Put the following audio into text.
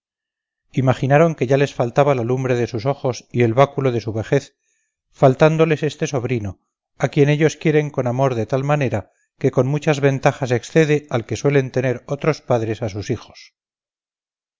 imaginaron que ya les faltaba la lumbre de sus ojos y el báculo de su vejez faltándoles este sobrino a quien ellos quieren con amor de tal manera que con muchas ventajas excede al que suelen tener otros padres a sus hijos